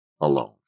alone